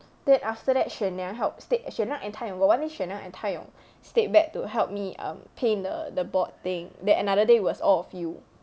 then after that shen yang help stayed shen yang and tai yong got one day shen yang and tai yong stayed back to help me um paint the the board thing then another day was all of you